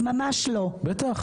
ירקות.